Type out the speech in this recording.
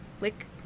Lick